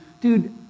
Dude